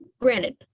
Granted